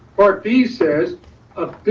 part b says a bit,